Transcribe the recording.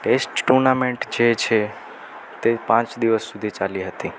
test tournament જે છે તે પાંચ દિવસ સુધી ચાલી હતી